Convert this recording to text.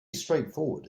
straightforward